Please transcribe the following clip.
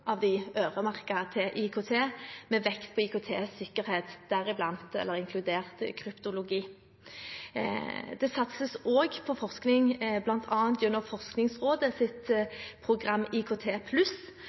IKT med vekt på IKT-sikkerhet, inkludert kryptologi. Det satses også på forskning på området, bl.a. gjennom